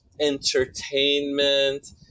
entertainment